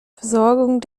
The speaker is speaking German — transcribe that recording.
versorgung